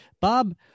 Bob